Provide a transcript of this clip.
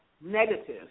negative